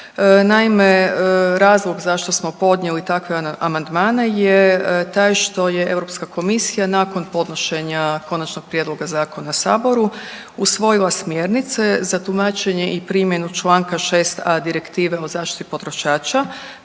Naime, razlog zašto smo podnijeli takve amandmane je taj što je Europska komisija nakon podnošenja konačnog prijedloga zakona Saboru usvojila smjernice za tumačenje i primjenu članka 6. Direktive o zaštiti potrošača